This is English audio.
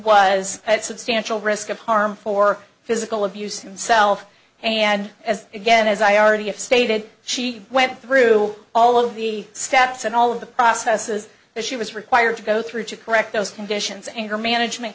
at substantial risk of harm for physical abuse himself and as again as i already have stated she went through all of the steps and all of the processes that she was required to go through to correct those conditions anger management